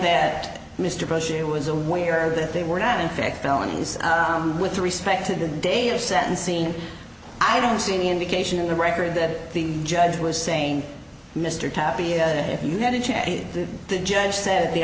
that mr bashir was aware that they were not in fact felonies with respect to the day of sentencing i don't see any indication in the record that the judge was saying mr tapi if you had a chance to the judge said at the